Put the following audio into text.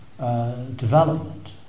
development